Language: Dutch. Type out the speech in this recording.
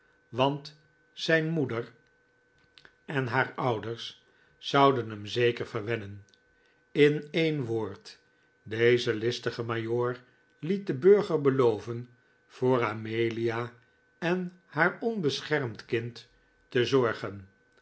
want zijn moeder en haar ouders zouden hem zeker verwennen in een woord deze listige majoor liet den burger beloven voor amelia en haar onbeschermd kind te zorgen